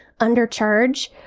undercharge